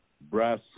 brass